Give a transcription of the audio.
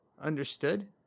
Understood